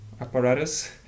apparatus